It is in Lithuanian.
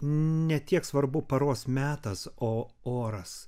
ne tiek svarbu paros metas o oras